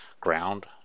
ground